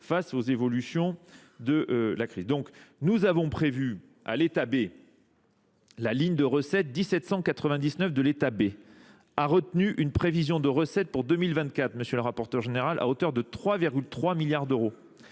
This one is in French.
face aux évolutions de la crise. nous avons prévu à l'état B. la ligne de recette 1799 de l'état B a retenu une prévision de recette pour 2024, Monsieur le rapporteur général, à hauteur de 3,3 milliards d'euros,